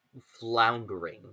floundering